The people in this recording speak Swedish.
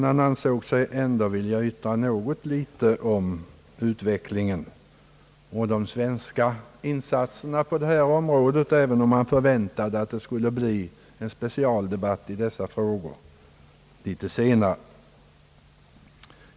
Han ansåg sig ändå vilja yttra något om utvecklingen och de svenska insatserna på detta område, även om han förväntade en specialdebatt i dessa frågor litet senare.